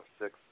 six